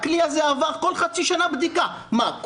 הכלי הזה עבר כל חצי שנה בדיקה מה,